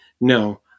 No